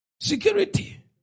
Security